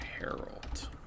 Harold